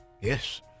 Yes